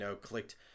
clicked –